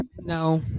No